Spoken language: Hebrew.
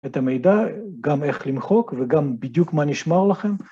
את המידע, גם איך למחוק וגם בדיוק מה נשמר לכם.